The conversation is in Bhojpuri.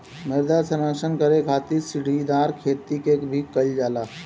मृदा संरक्षण करे खातिर सीढ़ीदार खेती भी कईल जाला